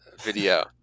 Video